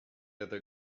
other